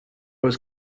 was